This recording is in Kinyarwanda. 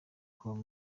call